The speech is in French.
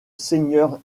seigneur